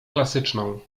klasyczną